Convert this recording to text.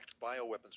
bioweapons